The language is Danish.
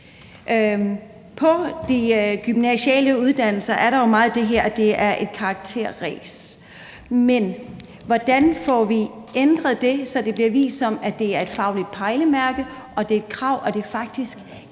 På de gymnasiale uddannelser er der jo meget det her med, at det er et karakterræs, men hvordan får vi ændret det, så det kommer til at blive et fagligt pejlemærke, og at det er et krav, og at det faktisk